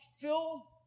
fill